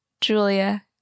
julia